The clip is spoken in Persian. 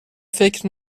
فکر